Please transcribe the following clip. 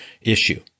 issue